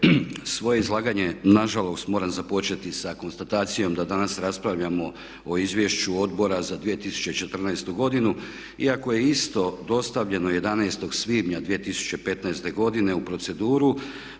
Svoje izlaganje na žalost moram započeti sa konstatacijom da danas raspravljamo o Izvješću Odbora za 2014. godinu iako je isto dostavljeno 11. svibnja 2015. godine u proceduru,